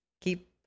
keep